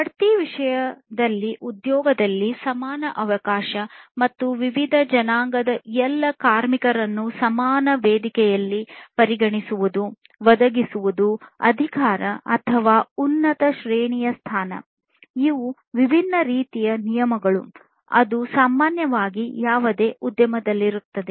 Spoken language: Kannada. ಬಡ್ತಿ ವಿಷಯದಲ್ಲಿ ಉದ್ಯೋಗದಲ್ಲಿ ಸಮಾನ ಅವಕಾಶ ಮತ್ತು ವಿವಿಧ ಜನಾಂಗದ ಎಲ್ಲ ಕಾರ್ಮಿಕರನ್ನು ಸಮಾನ ವೇದಿಕೆಯಲ್ಲಿ ಪರಿಗಣಿಸುವುದು ಒದಗಿಸುವುದು ಅಧಿಕಾರ ಅಥವಾ ಉನ್ನತ ಶ್ರೇಣಿಯ ಸ್ಥಾನ ಇವು ವಿಭಿನ್ನ ರೀತಿಯ ನಿಯಮಗಳು ಸಾಮಾನ್ಯವಾಗಿ ಯಾವುದೇ ಉದ್ಯಮದಲ್ಲಿರುತ್ತದೆ